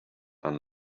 and